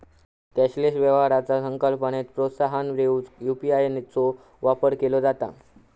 cashless व्यवहाराचा संकल्पनेक प्रोत्साहन देऊक यू.पी.आय चो वापर केला जाता